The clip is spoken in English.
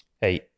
Hey